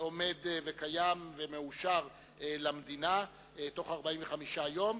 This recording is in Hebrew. עומד וקיים ומאושר למדינה בתוך 45 יום,